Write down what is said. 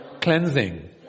cleansing